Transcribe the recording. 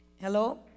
Hello